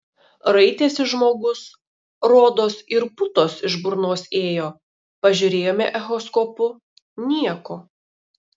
raitėsi žmogus rodos ir putos iš burnos ėjo pažiūrėjome echoskopu nieko